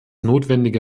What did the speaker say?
notwendige